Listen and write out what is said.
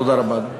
תודה רבה, אדוני.